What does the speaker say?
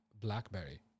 Blackberry